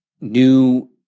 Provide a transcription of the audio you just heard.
new